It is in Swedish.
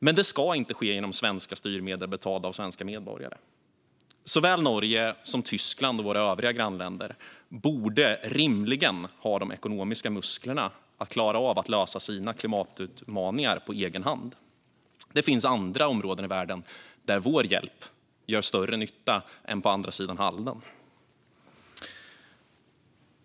Men det ska inte ske genom svenska styrmedel betalda av svenska medborgare. Såväl Norge som Tyskland och våra övriga grannländer borde rimligen ha de ekonomiska musklerna att klara av att lösa sina klimatutmaningar på egen hand. Det finns andra områden i världen där vår hjälp gör större nytta än på andra sidan Halden. Fru talman!